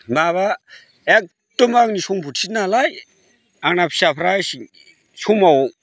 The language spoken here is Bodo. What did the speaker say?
माबा एखदम आंनि सम्फथि नालाय आंना फिसाफ्रा समाव